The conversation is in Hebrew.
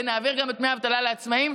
ונעביר גם את דמי אבטלה לעצמאים,